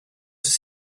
does